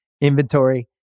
inventory